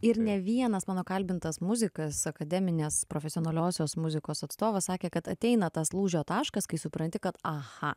ir ne vienas mano kalbintas muzikas akademinės profesionaliosios muzikos atstovas sakė kad ateina tas lūžio taškas kai supranti kad aha